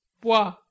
Bois